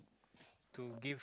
to give